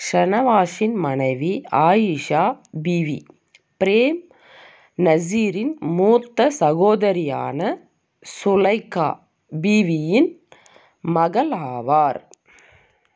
ஷானவாஸின் மனைவி ஆயிஷா பீவி பிரேம் நசீரின் மூத்த சகோதரியான சுலைகா பீவியின் மகள் ஆவார்